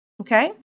okay